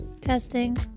Testing